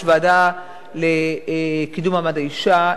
יש ועדה לקידום מעמד האשה,